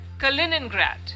Kaliningrad